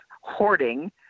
hoarding